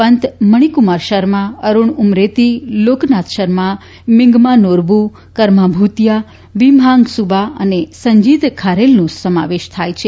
પંત મણીકુમાર શર્મા અરૂણ ઉમરેતી લોકનાથ શર્મા મીંગમા નોરબુ કરમા ભૂતિયા ભીમ હાંગ સુબા અને સંજીત ખારેલનો સમાવેશ થયો છે